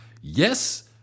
Yes